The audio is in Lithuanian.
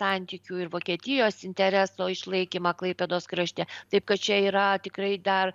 santykių ir vokietijos intereso išlaikymą klaipėdos krašte taip kad čia yra tikrai dar